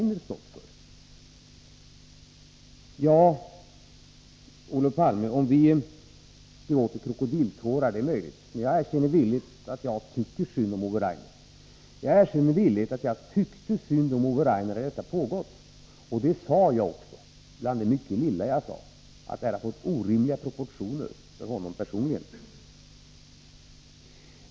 Det är möjligt att vi gråter krokodiltårar, men jag erkänner villigt att jag tycker synd om Ove Rainer. Och jag erkänner också villigt att jag tyckte synd om Ove Rainer när det hela pågick, och till det lilla som jag sade hörde också just detta. Jag framhöll att saken fått orimliga proportioner för honom personligen.